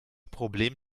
problem